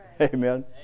Amen